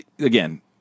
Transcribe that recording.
again